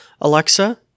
Alexa